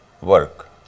work